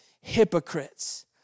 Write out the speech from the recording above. hypocrites